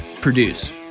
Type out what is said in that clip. produce